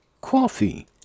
coffee